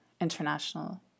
international